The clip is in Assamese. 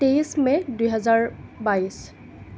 তেইছ মে' দুহেজাৰ বাইছ